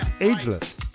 ageless